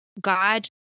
god